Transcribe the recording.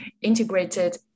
integrated